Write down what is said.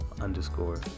underscore